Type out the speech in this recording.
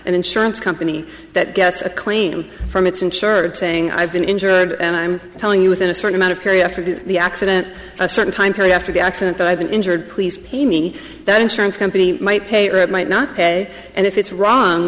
an insurance company that gets a claim from its insured saying i've been injured and i'm telling you within a certain amount of period after the accident a certain time period after the accident that i've been injured please pay me that insurance company might pay or it might not pay and if it's wrong